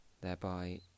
Thereby